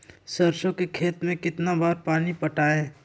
सरसों के खेत मे कितना बार पानी पटाये?